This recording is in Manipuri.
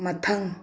ꯃꯊꯪ